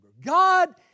God